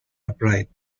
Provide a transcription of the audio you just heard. upright